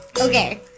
Okay